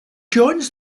joins